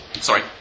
sorry